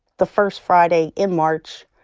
the first friday in march,